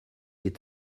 est